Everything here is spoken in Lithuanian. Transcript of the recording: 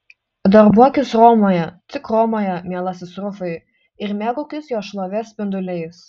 darbuokis romoje tik romoje mielasis rufai ir mėgaukis jos šlovės spinduliais